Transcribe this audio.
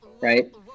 right